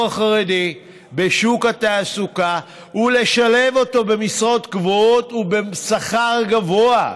החרדי בשוק התעסוקה ולשלב אותו במשרות קבועות ובשכר גבוה,